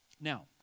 Now